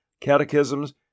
catechisms